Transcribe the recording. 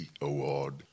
award